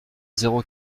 zéro